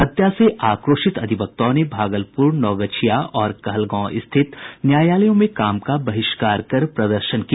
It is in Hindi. हत्या से आक्रोशित अधिवक्ताओं ने भागलपुर नवगछिया और कहलगांव स्थित न्यायालयों में काम का बहिष्कार कर प्रदर्शन किया